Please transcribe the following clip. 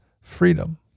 freedom